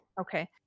okay